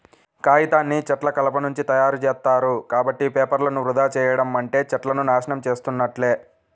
కాగితాన్ని చెట్ల కలపనుంచి తయ్యారుజేత్తారు, కాబట్టి పేపర్లను వృధా చెయ్యడం అంటే చెట్లను నాశనం చేసున్నట్లే